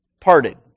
parted